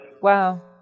Wow